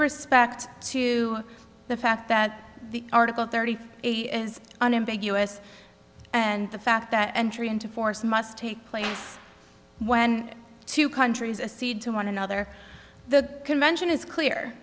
respect to the fact that the article thirty eight is unambiguous and the fact that entry into force must take place when two countries a seed to one another the convention is clear